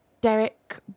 Derek